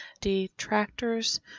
detractors